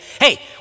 hey